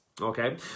Okay